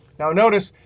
now notice,